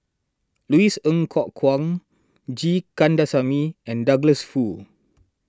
Louis Ng Kok Kwang G Kandasamy and Douglas Foo